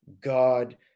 God